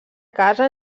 casa